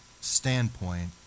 standpoint